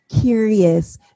curious